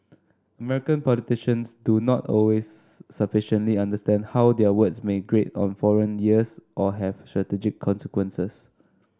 American politicians do not always sufficiently understand how their words may grate on foreign years or have strategic consequences